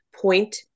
point